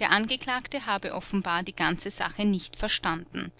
der angeklagte habe offenbar die ganze sache nicht verstanden